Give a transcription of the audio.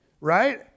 right